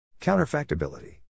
Counterfactability